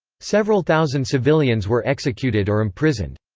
several thousand civilians were executed or imprisoned.